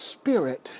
spirit